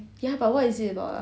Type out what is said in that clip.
ya but what is it about ah